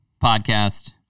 podcast